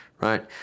right